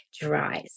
dries